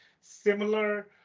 similar